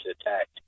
attacked